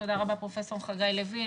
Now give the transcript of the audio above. תודה רבה פרופ' חגי לוין,